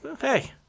Hey